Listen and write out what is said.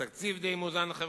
התקציב די מאוזן חברתית,